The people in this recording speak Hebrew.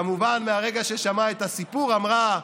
כמובן, מהרגע ששמעה את הסיפור אמרה: